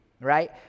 right